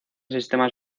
sistemas